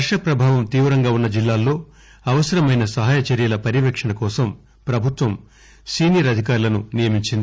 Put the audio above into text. వర్ష పభావం తీవంగా వున్న జిల్లాల్లో అవసరమైన సహాయ చర్యల పర్యవేక్షణ కోసం ప్రపభుత్వం సీనియర్ అధికారులను నియమించింది